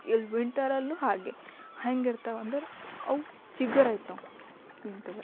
ಇಲ್ಲಿ ವಿಂಟರಲ್ಲೂ ಹಾಗೆ ಹೆಂಗಿರ್ತವೆ ಅಂದ್ರೆ ಅವು ಚಿಗರೈತವೆ ವಿಂಟರಲ್ಲಿ